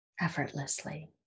effortlessly